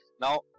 Now